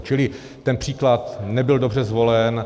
Čili ten příklad nebyl dobře zvolen.